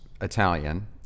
Italian